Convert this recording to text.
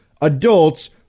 adults